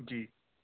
جی